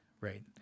Right